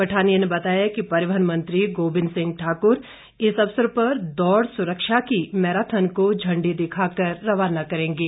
पठानिया ने बताया कि परिवहन मंत्री गोबिंद सिंह ठाकुर इस अवसर पर दौड़ सुरक्षा की मैराथन को झण्डी दिखाकर रवाना करेंगे